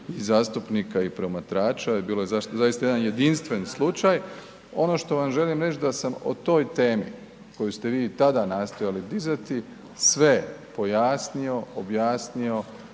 zastupnika i promatrača, bilo je zaista jedan jedinstven slučaj. Ono što vam želim reći da sam o toj temi, koju ste vi i tada nastojali dizati, sve pojasnio, objasnio,